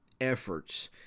efforts